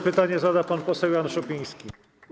Pytanie zada pan poseł Jan Szopiński.